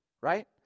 Right